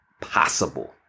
possible